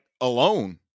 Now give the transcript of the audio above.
alone